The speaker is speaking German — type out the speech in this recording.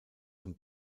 zum